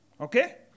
Okay